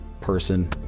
person